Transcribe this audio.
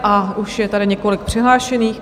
A už je tady několik přihlášených.